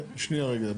אני --- שנייה רגע.